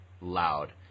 loud